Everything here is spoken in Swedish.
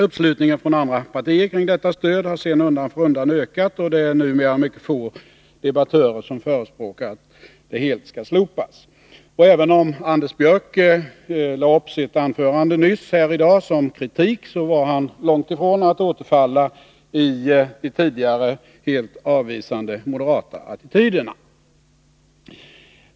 Uppslutningen från andra partier kring detta stöd har sedan undan för undan ökat, och det är numera mycket få debattörer som förespråkar att det helt skall slopas. Även om Anders Björck lade upp sitt anförande nyss som kritik var han långt ifrån att återfalla i de tidigare moderata, helt avvisande attityderna.